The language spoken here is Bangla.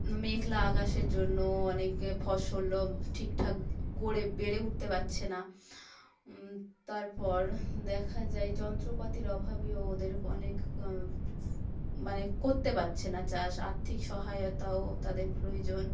মেঘলা আকাশের জন্য অনেক ফসলও ঠিকঠাক গড়ে বেড়ে উঠতে পারছে না তারপর দেখা যায় যন্ত্রপাতির অভাবেও ওদের অনেক মানে করতে পারছে না চাষ আর্থিক সহায়তাও তাদের প্রয়োজন